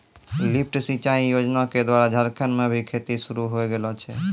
lift सिंचाई योजना क द्वारा झारखंड म भी खेती शुरू होय गेलो छै